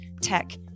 tech